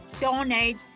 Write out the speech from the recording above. Donate